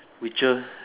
Witcher